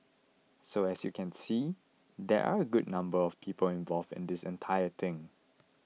so as you can see there are a good number of people involved in this entire thing